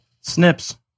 Snips